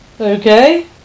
Okay